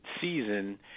season